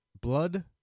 Blood